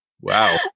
Wow